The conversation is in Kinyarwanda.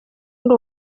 ndi